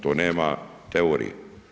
To nema teorije.